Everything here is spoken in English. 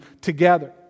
together